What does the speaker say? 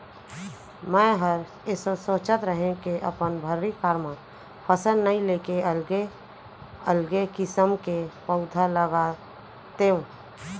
मैंहर एसो सोंचत रहें के अपन भर्री खार म फसल नइ लेके अलगे अलगे किसम के पउधा लगातेंव